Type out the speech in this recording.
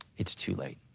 it's too late.